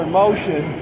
motion